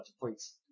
points